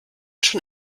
schon